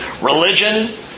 Religion